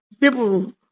people